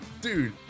dude